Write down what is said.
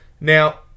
Now